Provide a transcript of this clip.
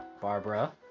Barbara